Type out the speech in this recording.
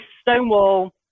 Stonewall